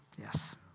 Yes